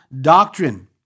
doctrine